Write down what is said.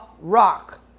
rock